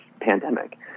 pandemic